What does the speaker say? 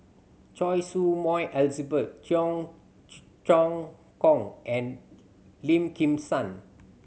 Choy Su Moi Elizabeth Cheong Choong Kong and Lim Kim San